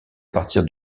partir